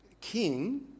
king